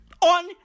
on